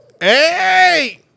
Hey